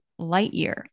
Lightyear